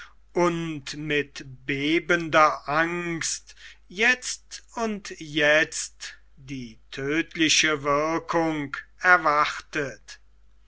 und mit bebender angst jetzt und jetzt die tödtliche wirkung erwartet